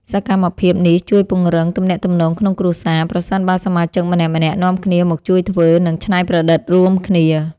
សកម្មភាពនេះជួយពង្រឹងទំនាក់ទំនងក្នុងគ្រួសារ ប្រសិនបើសមាជិកម្នាក់ៗនាំគ្នាមកជួយធ្វើ និងច្នៃប្រឌិតរួមគ្នា។